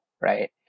right